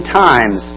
times